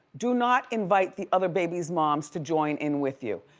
do not invite the other baby's moms to join in with you.